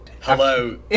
Hello